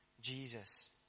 Jesus